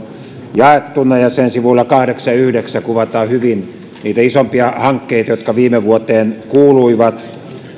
jaettuna ja sen sivuilla kahdeksan ja yhdeksään kuvataan hyvin niitä isompia hankkeita jotka viime vuoteen kuuluivat